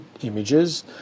images